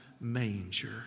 manger